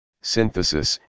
synthesis